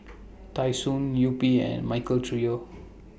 Tai Sun Yupi and Michael Trio